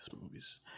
movie's